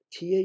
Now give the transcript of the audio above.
TA